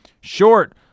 short